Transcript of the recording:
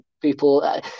people